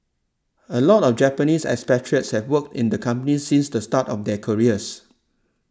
a lot of Japanese expatriates have worked in the company since the start of their careers